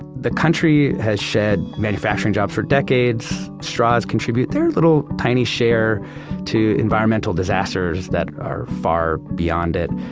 the country has shed manufacturing jobs for decades. straws contribute their little tiny share to environmental disasters that are far beyond it.